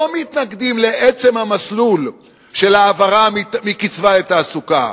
לא מתנגדים לעצם המסלול של העברה מקצבה לתעסוקה,